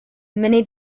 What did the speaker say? many